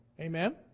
Amen